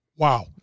Wow